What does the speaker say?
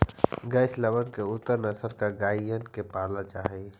गौशलबन में उन्नत नस्ल के गइयन के पालल जा हई